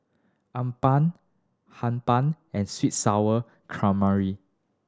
appam Hee Pan and sweet and Sour Calamari